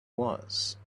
was